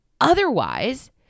Otherwise